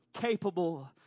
capable